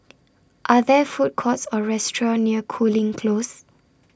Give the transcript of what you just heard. Are There Food Courts Or restaurants near Cooling Close